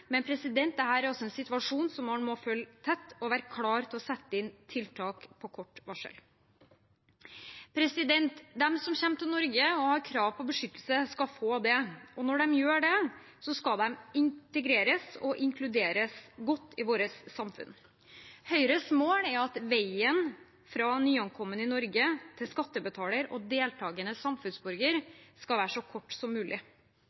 Men dette er en situasjon som man må følge tett; man må være klar til å sette inn tiltak på kort varsel. De som kommer til Norge og har krav på beskyttelse, skal få det. Og når de gjør det, skal de integreres og inkluderes godt i samfunnet vårt. Høyres mål er at veien fra nyankommen i Norge til skattebetaler og deltakende samfunnsborger skal være så kort som mulig.